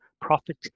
profit